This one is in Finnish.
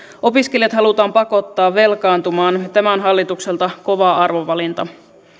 opiskelijat halutaan pakottaa velkaantumaan tämä on hallitukselta kova arvovalinta